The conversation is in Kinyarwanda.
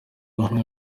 umwe